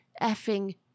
effing